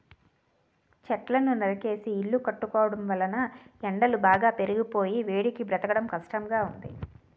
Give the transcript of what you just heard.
చెట్లను నరికేసి ఇల్లు కట్టుకోవడం వలన ఎండలు బాగా పెరిగిపోయి వేడికి బ్రతకడం కష్టంగా ఉంది